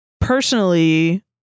personally